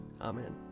Amen